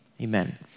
Amen